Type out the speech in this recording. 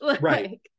Right